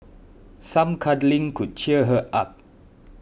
some cuddling could cheer her up